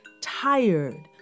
tired